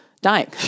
dying